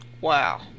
Wow